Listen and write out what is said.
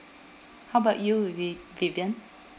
how about you vi~ vivian